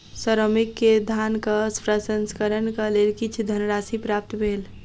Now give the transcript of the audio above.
श्रमिक के धानक प्रसंस्करणक लेल किछ धनराशि प्राप्त भेल